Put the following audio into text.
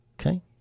Okay